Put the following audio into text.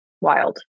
wild